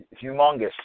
humongous